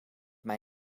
mij